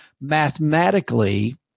mathematically